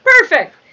Perfect